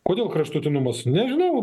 kodėl kraštutinumas nežinau